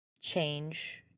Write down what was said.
change